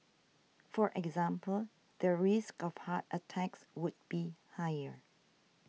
for example their risk of heart attacks would be higher